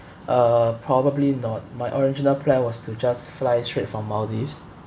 uh probably not my original plan was to just fly straight from maldives